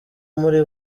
muri